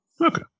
Okay